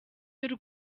y’u